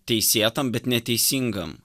teisėtam bet neteisingam